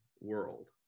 world